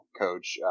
coach